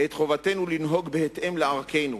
את חובתנו לנהוג בהתאם לערכינו,